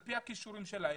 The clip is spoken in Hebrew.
על פי הכישורים שלהם,